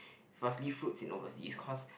firstly fruits in overseas cause